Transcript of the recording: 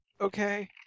Okay